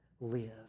live